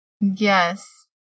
Yes